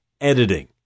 editing